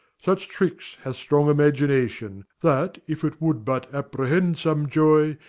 such tricks hath strong imagination that, if it would but apprehend some joy,